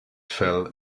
fell